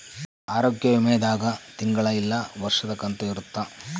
ಆರೋಗ್ಯ ವಿಮೆ ದಾಗ ತಿಂಗಳ ಇಲ್ಲ ವರ್ಷದ ಕಂತು ಇರುತ್ತ